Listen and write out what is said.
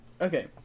okay